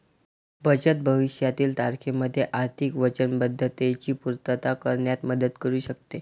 बचत भविष्यातील तारखेमध्ये आर्थिक वचनबद्धतेची पूर्तता करण्यात मदत करू शकते